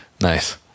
Nice